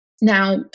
Now